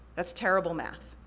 that's terrible math,